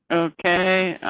okay,